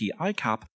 ICAP